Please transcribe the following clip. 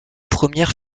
premières